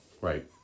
Right